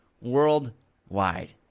worldwide